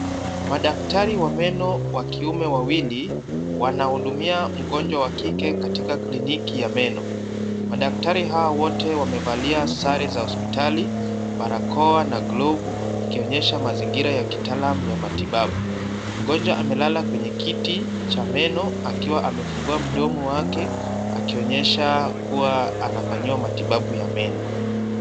Madaktari wa meno wa kiume wawili, wanahudumia mgonjwa wa kike katika kliniki ya meno, madaktari hawa wote wamevalia sare za hospitali, barakoa na glovu ikionyesha mazingira ya kitalamu ya matibabu. Mgonjwa amelala kwenye kiti cha meno akiwa amefungua mdomo wake akionyesha kuwa anafanyiwa matibabu ya meno.